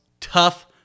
Tough